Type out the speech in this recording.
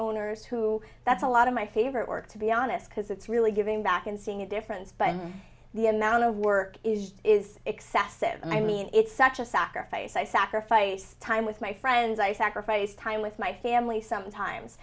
owners who that's a lot of my favorite work to be honest because it's really giving back and seeing a difference but the amount of work is is excessive i mean it's such a sacrifice i sacrifice time with my friends i sacrifice time with my family